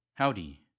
Howdy